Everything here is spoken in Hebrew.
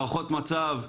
הערכות מצב,